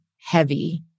heavy